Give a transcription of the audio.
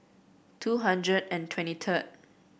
two hundred and twenty third